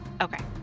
Okay